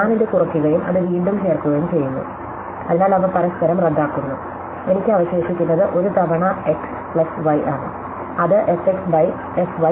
ഞാൻ ഇത് കുറയ്ക്കുകയും അത് വീണ്ടും ചേർക്കുകയും ചെയ്യുന്നു അതിനാൽ അവ പരസ്പരം റദ്ദാക്കുന്നു എനിക്ക് അവശേഷിക്കുന്നത് ഒരു തവണ x പ്ലസ് y ആണ് അത് f x by f y അല്ലെങ്കിൽ f x y ആണ്